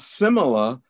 similar